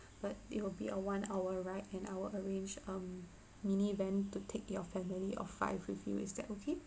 but it will be a one hour ride and I will arrange um mini van to take your family of five with you is that okay